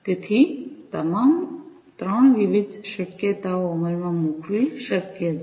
તેથી તમામ 3 વિવિધ શક્યતાઓ અમલમાં મુકવી શક્ય છે